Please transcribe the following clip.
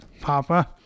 Papa